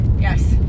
Yes